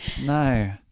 no